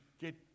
get